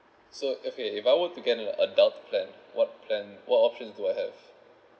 so okay if I were to get an adult plan what plan what options do I have